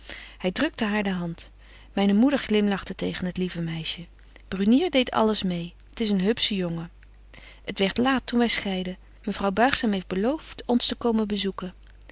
drukte haar de hand myne moeder glimlachte tegen het lieve meisje brunier deedt alles meê t is een hupsche jongen t werdt laat toen wy scheiden mevrouw buigzaam heeft belooft ons te komen bebetje